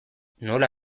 nola